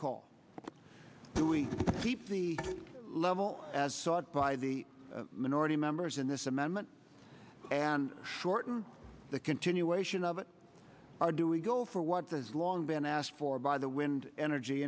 call do we keep the level as sought by the minority members in this amendment and shorten the continuation of it or do we go for what those long been asked for by the wind energy